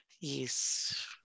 Yes